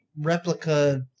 replica